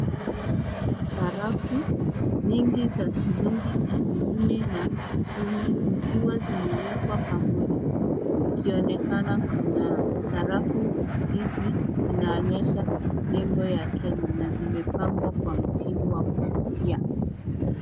Sarafu nyingi za shilingi ishirini na kumi zikiwa zimewekwa pamoja, zikionekana kung'aa. Sarafu hizi zinaonyesha nembo ya Kenya na zimepangwa kwa mtindo wa kuvutia.